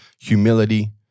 humility